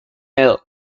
mill